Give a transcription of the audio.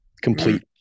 complete